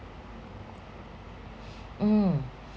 mm